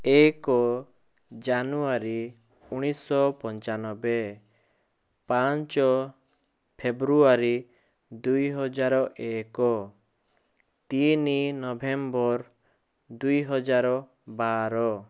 ଏକ ଜାନୁୟାରୀ ଉଣେଇଶ ଶହ ପଞ୍ଚାନବେ ପାଞ୍ଚ ଫେବୃୟାରୀ ଦୁଇ ହଜାର ଏକ ତିନି ନଭେମ୍ବର୍ ଦୁଇ ହଜାର ବାର